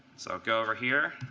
so i'll go over here,